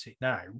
now